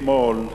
אתמול,